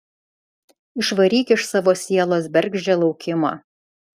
išvaryk iš savo sielos bergždžią laukimą